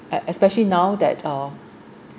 es~ especially now that uh